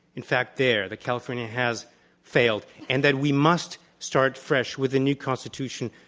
in fact there, that california has failed, and that we must start fresh with a new constitution,